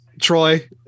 Troy